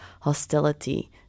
hostility